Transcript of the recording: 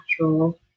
natural